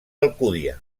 alcúdia